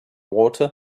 water